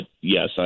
yes